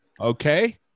Okay